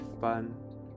fun